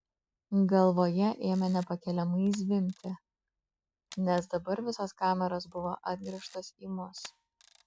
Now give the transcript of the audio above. galvoje ėmė nepakeliamai zvimbti nes dabar visos kameros buvo atgręžtos į mus